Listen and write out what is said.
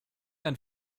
ein